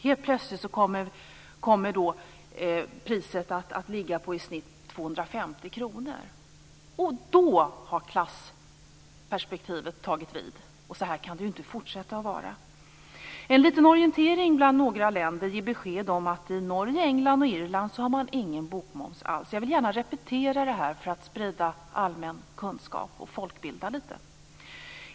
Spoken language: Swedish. Helt plötsligt kommer då priset att ligga på i genomsnitt 250 kr. Då har klassperspektivet tagit vid. Så kan det inte fortsätta att vara. En liten orientering bland några länder ger besked om att man i Norge, England och Irland inte har någon bokmoms alls - jag vill gärna repetera detta för att sprida allmän kunskap och folkbilda litet.